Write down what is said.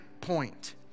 point